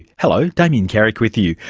hello, damien carrick with you.